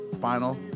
final